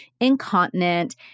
incontinent